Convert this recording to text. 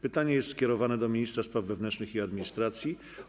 Pytanie jest skierowane do ministra spraw wewnętrznych i administracji.